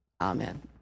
Amen